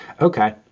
Okay